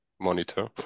monitor